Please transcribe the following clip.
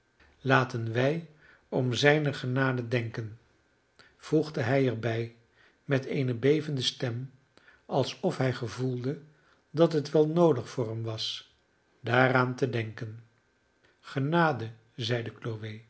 laten wij om zijne genade denken voegde hij er bij met eene bevende stem alsof hij gevoelde dat het wel noodig voor hem was daaraan te denken genade zeide